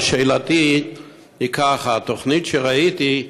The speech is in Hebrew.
אבל שאלתי היא ככה: בתוכנית שראיתי,